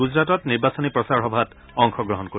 গুজৰাটত নিৰ্বাচনী প্ৰচাৰ সভাত অংশগ্ৰহণ কৰিব